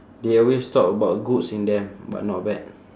they always talk about goods in them but not bad